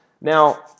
Now